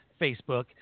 Facebook